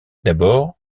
d’abord